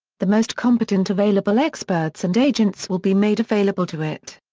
the most competent available experts and agents will be made available to it.